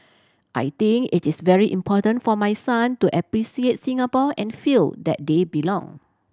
I think it is very important for my son to appreciate Singapore and feel that they belong